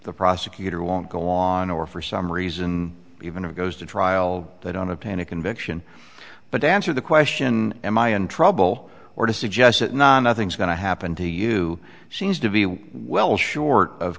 the prosecutor won't go on or for some reason even if it goes to trial that on obtain a conviction but answer the question am i in trouble or to suggest that nothing's going to happen to you seems to be well short of